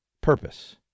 purpose